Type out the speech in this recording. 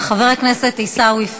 בושה תכסה את